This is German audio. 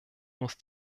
muss